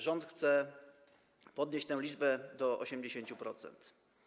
Rząd chce podnieść tę liczbę do 80%.